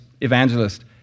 evangelist